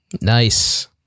Nice